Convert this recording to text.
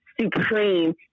supreme